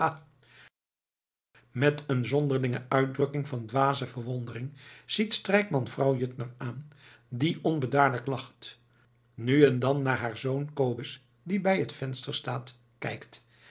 met een zonderlinge uitdrukking van dwaze verwondering ziet strijkman vrouw juttner aan die onbedaarlijk lacht nu en dan naar haar zoon kobus die bij het venster staat kijkt